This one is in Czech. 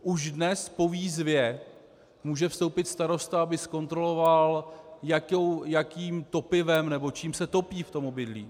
Už dnes po výzvě může vstoupit starosta, aby zkontroloval, jakým topivem nebo čím se topí v tom obydlí.